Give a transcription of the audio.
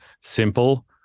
simple